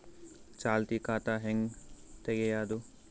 ಚಾಲತಿ ಖಾತಾ ಹೆಂಗ್ ತಗೆಯದು?